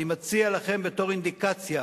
אני מציע לכם בתור אינדיקציה